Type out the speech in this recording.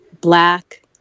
Black